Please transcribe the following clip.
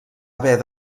haver